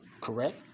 correct